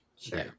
Sure